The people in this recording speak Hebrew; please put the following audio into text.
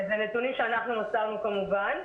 אלו נתונים שמסרנו כמובן.